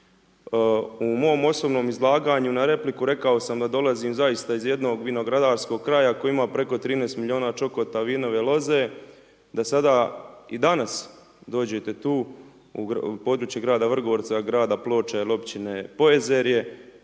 U mom osobnom izlaganju na repliku rekao sam da dolazim zaista iz jednog vinogradarskog kraja koji ima preko 13 milijuna čokota vinove loze, da sada i danas dođete tu u područje grada Vrgorca, grada Ploča ili općine Pojezerje,